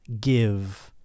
give